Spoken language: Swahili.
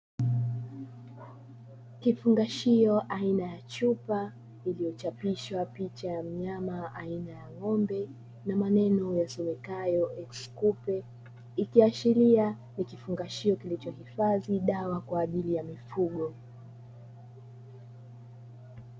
Kifungashio aina ya chupa iliyochapishwa picha ya mnyama aina ya ng'ombe, na maneno yasomekayo 'eksikupe' ikiashiria ni kifungashio kilichohifadhi dawa kwaajili ya mifugo.